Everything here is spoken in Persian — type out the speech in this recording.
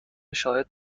شاهد